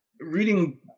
reading